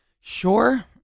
sure